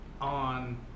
on